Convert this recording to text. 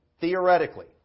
Theoretically